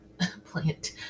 plant